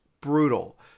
brutal